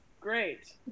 great